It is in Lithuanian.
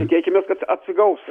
tikėkimės kad atsigaus